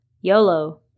YOLO